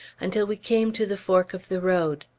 until we came to the fork of the road.